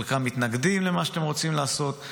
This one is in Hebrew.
חלקם מתנגדים למה שאתם רוצים לעשות,